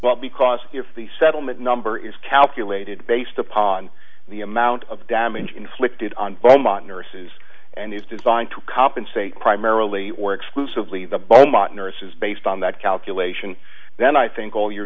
but because the settlement number is calculated based upon the amount of damage inflicted on the nurses and is designed to compensate primarily or exclusively the bulb nurses based on that calculation then i think all you're